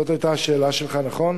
זאת היתה השאלה שלך, נכון?